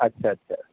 اچھا اچھا